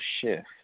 shift